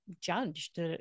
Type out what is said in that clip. judged